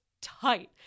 tight